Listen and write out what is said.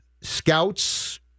scouts